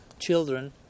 children